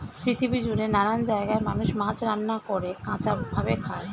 পৃথিবী জুড়ে নানান জায়গায় মানুষ মাছ রান্না করে, কাঁচা ভাবে খায়